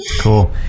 cool